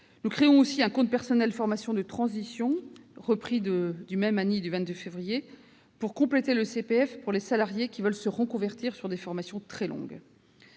Nous créons aussi un compte personnel de formation de transition, repris de l'ANI du 22 février, afin de compléter le CPF pour les salariés qui veulent se reconvertir au moyen de formations très longues.